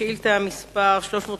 שאילתא מס' 330,